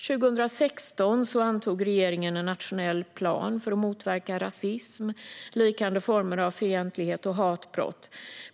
År 2016 antog regeringen en nationell plan för att motverka rasism, liknande former av fientlighet och hatbrott.